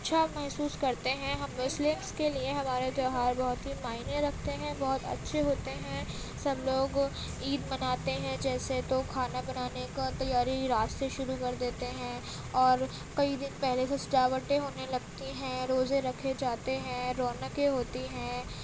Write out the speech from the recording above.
اچھا محسوس کرتے ہیں ہم مسلمس کے لیے ہمارا تیوہار بہت ہی معنی رکھتے ہیں بہت اچھے ہوتے ہیں سب لوگ عید مناتے ہیں جیسے تو کھانا بنانے کا تیاری رات سے شروع کر دیتے ہیں اور کئی دن پہلے سے سجاوٹیں ہونے لگتی ہیں روزے رکھے جاتے ہیں رونقیں ہوتی ہیں